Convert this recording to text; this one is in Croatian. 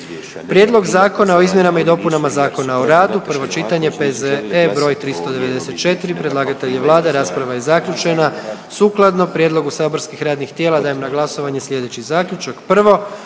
Prijedlog zakona o hrani, prvo čitanje, P.Z.E. br. 400.. Predlagatelj je vlada, rasprava je zaključena. Sukladno prijedlogu saborskih radnih tijela dajem na glasovanje slijedeći zaključak: